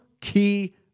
key